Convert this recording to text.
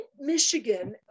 Michigan